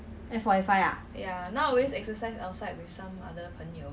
meet them all over again then when you work out